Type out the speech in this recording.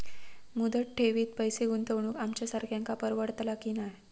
मुदत ठेवीत पैसे गुंतवक आमच्यासारख्यांका परवडतला की नाय?